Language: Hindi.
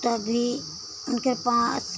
तभी उनके पास